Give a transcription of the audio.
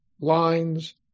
lines